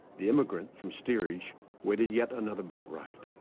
the immigrant from steerage waited yet another boat ride